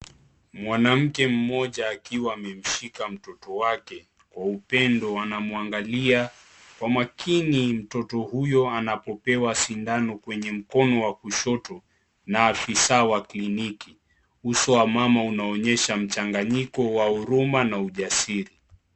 Mwanamke mmoja akiwa amemshika mtoto wake. Kwa upendo anamwangalia kwa makini mtoto huyo anapopewa sindano kwenye mkono wa kushoto na afisa wa kliniki. Uso wa mama unaonyesha mchanganyiko wa huruma na ujasiri.